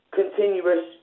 continuous